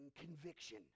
conviction